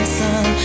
sun